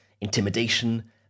intimidation